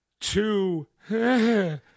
two